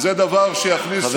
וזה דבר שיכניס לנו,